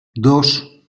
dos